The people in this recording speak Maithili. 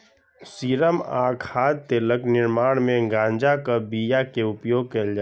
सीरम आ खाद्य तेलक निर्माण मे गांजाक बिया के उपयोग कैल जाइ छै